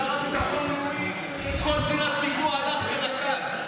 השר לביטחון לאומי, בכל זירת פיגוע, הלך ורקד.